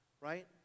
right